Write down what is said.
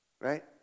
right